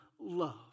love